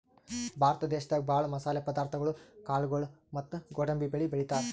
ಭಾರತ ದೇಶದಾಗ ಭಾಳ್ ಮಸಾಲೆ ಪದಾರ್ಥಗೊಳು ಕಾಳ್ಗೋಳು ಮತ್ತ್ ಗೋಡಂಬಿ ಬೆಳಿ ಬೆಳಿತಾರ್